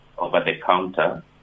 over-the-counter